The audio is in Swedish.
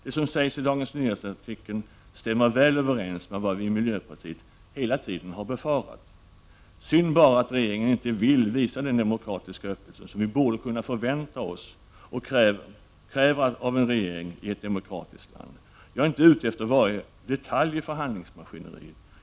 Det som sägs i Dagens Nyheters artikel stämmer väl överens med vad vi i miljöpartiet hela tiden har befarat. Synd bara att regeringen inte vill visa den demokratiska öppenhet som vi borde kunna förvänta oss och kräva av en regering i ett demokratiskt land. Jag är inte ute efter varje detalj i förhandlingsmaskineriet.